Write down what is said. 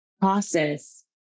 process